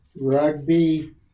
rugby